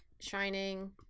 shining